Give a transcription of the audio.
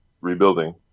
rebuilding